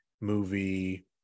movie